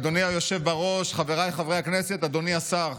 אדוני היושב בראש, חבריי חברי הכנסת, אדוני השר,